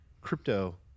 crypto